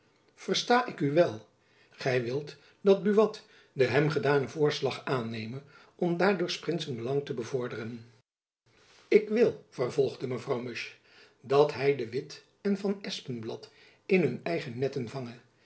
versta ik u wel gy wilt dat buat den hem gedanen voorslag aanneme om daardoor s prinsen belangen te bevorderen ik wil vervolgde mevrouw musch dat hy de witt en van espenblad in hun eigen netten vange